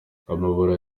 amabara